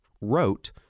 wrote